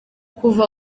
kuva